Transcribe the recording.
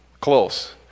Close